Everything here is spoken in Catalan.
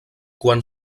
quan